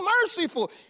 merciful